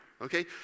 Okay